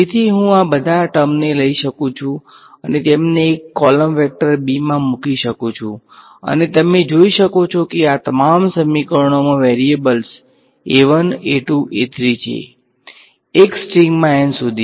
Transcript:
તેથી હું આ બધા ટર્મને લઈ શકું છું અને તેમને એક કોલમ વેક્ટર b માં મૂકી શકું છું અને તમે જોઈ શકો છો કે આ તમામ સમીકરણોમાં વેરીએબલ્સ a 1 a 2 a 3 છે એક સ્ટ્રિંગમાં n સુધી